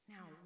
Now